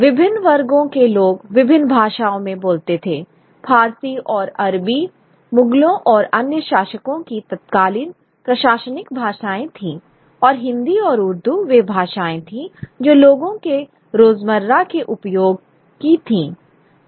विभिन्न वर्गों के लोग विभिन्न भाषाओं में बोलते थे फारसी और अरबी मुगलों और अन्य शासकों की तत्कालीन प्रशासनिक भाषाएं थीं और हिंदी और उर्दू वे भाषाएं थीं जो लोगों के रोजमर्रा के उपयोग की थीं